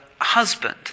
husband